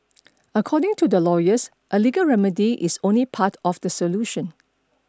according to the lawyers a legal remedy is only part of the solution